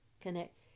connect